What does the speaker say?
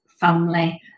family